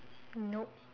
nope